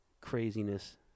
Craziness